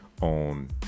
on